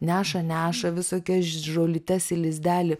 neša neša visokias žolytes į lizdelį